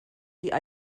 die